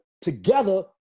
together